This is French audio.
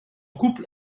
couple